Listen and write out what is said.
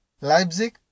Leipzig